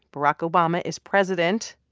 barack obama is president,